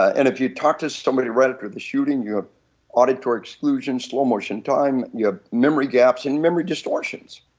ah and if you talked to somebody right after the shooting your auditory exclusions, slow motion time and you have memory gaps and memory distortions.